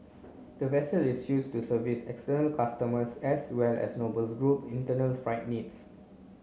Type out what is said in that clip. the vessel is use to service external customers as well as Nobles Group internal freight needs